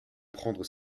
prendre